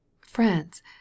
France